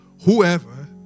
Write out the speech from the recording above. whoever